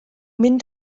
mynd